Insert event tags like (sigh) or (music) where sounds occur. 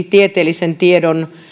(unintelligible) tieteellisen tiedon